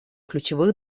ключевых